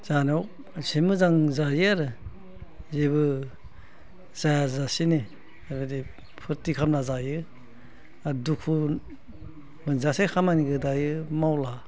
जानायाव एसे मोजां जायो आरो जेबो जायाजासेनो बेबायदि फुरथि खालामना जायो आरो दुखु मोनजासे खामानिखौ दायो मावला